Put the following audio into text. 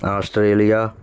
Australia